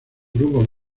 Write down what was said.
grupo